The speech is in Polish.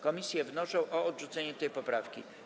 Komisje wnoszą o odrzucenie tej poprawki.